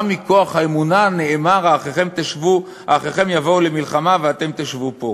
גם מכוח האמונה נאמר: "האחיכם יבאו למלחמה ואתם תשבו פה?"